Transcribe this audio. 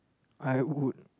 I would